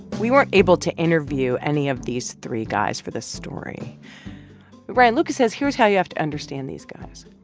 we weren't able to interview any of these three guys for this story. but ryan lucas says here's how you have to understand these guys.